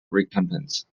recompense